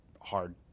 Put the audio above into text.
hard